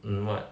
mm what